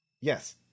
Yes